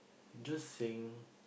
just saying